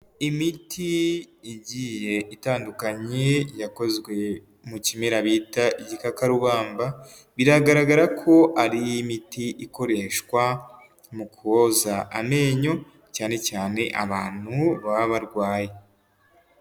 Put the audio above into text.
Imiti igiye itandukanye yakozwe mu kimera bita igikakarubamba, biragaragara ko ari miti ikoreshwa mu koza amenyo cyane cyane abantu baba barwaye.